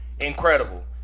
incredible